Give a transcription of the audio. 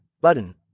button